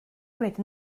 gwneud